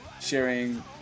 sharing